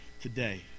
today